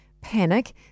panic